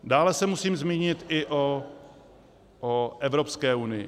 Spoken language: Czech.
Dále se musím zmínit i o Evropské unii.